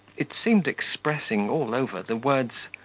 it seemed expressing, all over, the words,